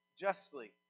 justly